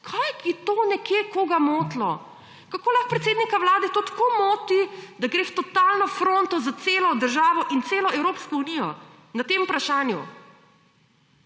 Kaj to nekje koga motilo? Kako lahko predsednika Vlade to tako moti, da gre v totalno fronto za celo državo in celo Evropsko unijo na tem vprašanju?